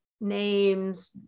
names